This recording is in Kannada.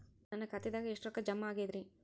ನನ್ನ ಖಾತೆದಾಗ ಎಷ್ಟ ರೊಕ್ಕಾ ಜಮಾ ಆಗೇದ್ರಿ?